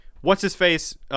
what's-his-face